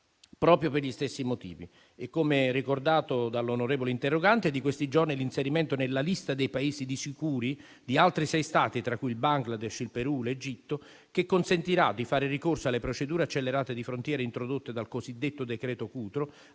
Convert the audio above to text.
proprio per gli stessi motivi. Come ricordato dall'onorevole interrogante, è di questi giorni l'inserimento nella lista dei Paesi sicuri di altri sei Stati, tra cui il Bangladesh, il Perù e l'Egitto, che consentirà di fare ricorso alle procedure accelerate di frontiera introdotte dal cosiddetto decreto Cutro